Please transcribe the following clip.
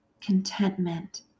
contentment